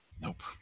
Nope